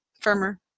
firmer